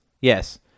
Yes